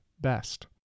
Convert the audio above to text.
best